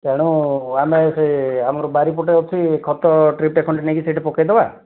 ତେଣୁ ଆମେ ସେ ଆମର ବାରିପଟେ ଅଛି ଖତ ଟ୍ରିପ୍ଟେ ଖଣ୍ଡେ ନେଇକି ସେଠି ପକେଇଦେବା